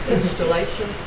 installation